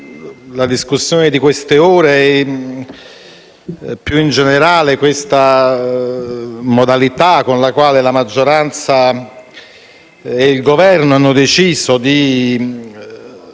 la discussione delle ultime ore e, più in generale, la modalità con la quale la maggioranza e il Governo hanno deciso di